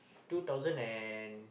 two thousand and